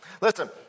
Listen